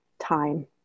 time